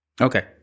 Okay